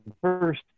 first